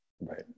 Right